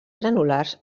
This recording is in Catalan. granulars